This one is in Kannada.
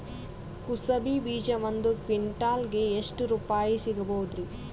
ಕುಸಬಿ ಬೀಜ ಒಂದ್ ಕ್ವಿಂಟಾಲ್ ಗೆ ಎಷ್ಟುರುಪಾಯಿ ಸಿಗಬಹುದುರೀ?